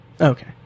Okay